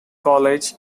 college